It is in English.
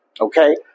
Okay